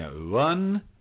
one